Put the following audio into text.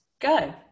go